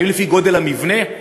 האם לפי גודל המבנה?